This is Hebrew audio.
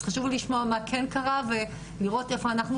אז חשוב לי לשמוע מה כן קרה ולראות איפה אנחנו